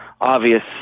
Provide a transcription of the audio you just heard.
obvious